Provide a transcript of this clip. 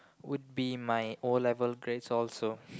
would be my O-level grades also